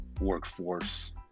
workforce